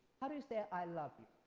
how do you say i love you?